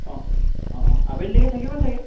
অঁ অঁ আবেলিলৈকে থাকিব ছাগৈ